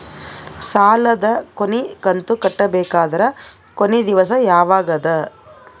ಸಾಲದ ಕೊನಿ ಕಂತು ಕಟ್ಟಬೇಕಾದರ ಕೊನಿ ದಿವಸ ಯಾವಗದ?